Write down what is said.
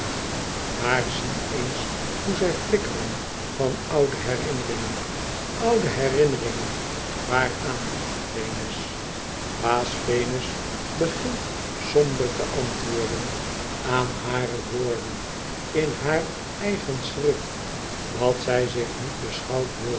maar zie eens hoe zij flikkeren van oude herinneringen oude herinneringen waaraan venus baas venus begint somber te antwoorden aan hare woorden in haar eigen schrift dat zij zich niet beschouwd wil